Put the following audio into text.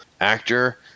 actor